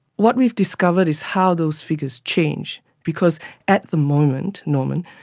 what we've discovered is how those figures change because at the moment, norman,